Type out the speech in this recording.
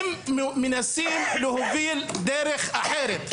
הם מנסים להוביל דרך אחרת,